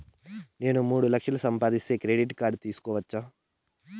నేను మూడు లక్షలు సంపాదిస్తే క్రెడిట్ కార్డు తీసుకోవచ్చా?